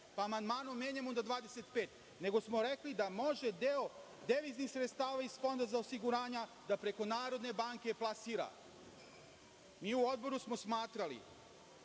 pa amandmanom menjamo na 25, nego smo rekli da može deo deviznih sredstava iz Fonda za osiguranje da preko Narodne banke plasira. Mi u Odboru smo smatrali